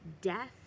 death